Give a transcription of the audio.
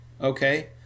okay